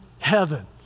heaven